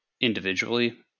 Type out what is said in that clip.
individually